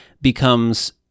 becomes